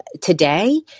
today